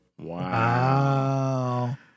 Wow